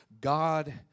God